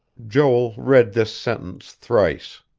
joel read this sentence thrice.